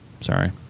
Sorry